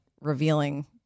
revealing